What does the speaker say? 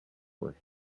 were